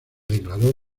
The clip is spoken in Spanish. declaró